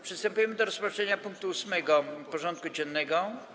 Przystępujemy do rozpatrzenia punktu 8. porządku dziennego: